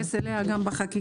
שצריך להתייחס אליה גם בחקיקה.